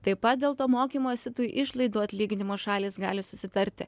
taip pat dėl to mokymosi tų išlaidų atlyginimo šalys gali susitarti